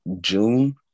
June